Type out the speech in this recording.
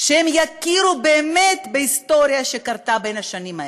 שהם יכירו באמת את היסטוריה בין השנים האלה.